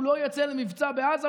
הוא לא יצא למבצע בעזה.